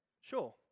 sure